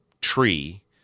tree